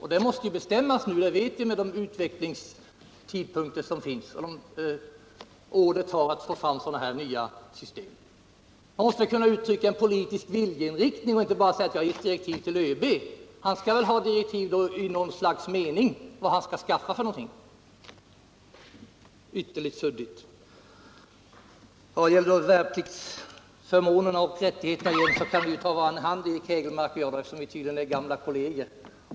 Vi vet vilka tidsramar som gäller för utvecklingen och hur många år det tar att få fram nya system. Man måste kunna uttrycka en politisk viljeinriktning och inte bara säga att det givits direktiv till ÖB. Han skall väl ha direktiv som ger uttryck åt något slags mening om vad han skall skaffa. Det hela är nu ytterligt suddigt. När det gäller värnpliktsförmånerna och rättigheterna kan ju Eric Hägelmark och jag ta varandra i hand, eftersom vi tydligen är gamla kolleger.